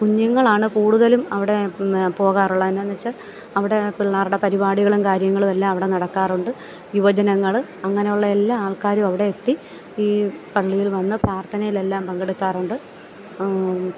കുഞ്ഞുങ്ങളാണ് കൂടുതലും അവിടെ പോകാറുള്ളത് എന്നാന്നു വെച്ചാൽ അവിടെ പിള്ളേരുടെ പരിപാടികളും കാര്യങ്ങളും എല്ലാം അവിടെ നടക്കാറുണ്ട് യുവജനങ്ങൾ അങ്ങനുള്ള എല്ലാ ആൾക്കാരും അവിടെ എത്തി ഈ പള്ളിയിൽ വന്ന് പ്രാർത്ഥനയിലെല്ലാം പങ്കെടുക്കാറുണ്ട്